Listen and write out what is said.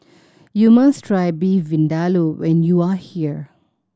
you must try Beef Vindaloo when you are here